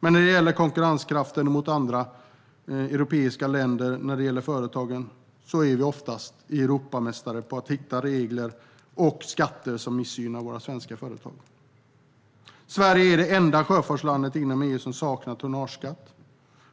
Men när det gäller konkurrenskraften mot andra europeiska länder för företagen är vi oftast Europamästare på att hitta regler och skatter som missgynnar våra svenska företag. Sverige är det enda sjöfartsland inom EU som saknar tonnageskatt.